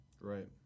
Right